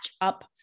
up